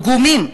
פגומים.